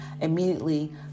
immediately